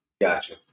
Gotcha